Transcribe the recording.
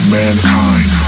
mankind